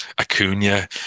Acuna